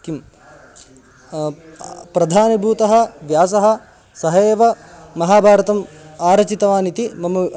किं प्रधानभूतः व्यासः सः एव महाभारतम् आरचितवान् इति मम वि